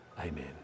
Amen